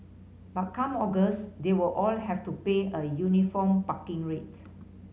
but come August they will all have to pay a uniform parking rate